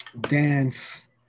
dance